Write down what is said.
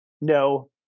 no